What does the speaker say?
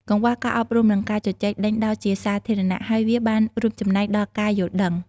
កង្វះការអប់រំ និងការជជែកដេញដោលជាសាធារណៈ ហើយវាបានរួមចំណែកដល់ការយល់ដឹង។